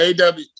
AW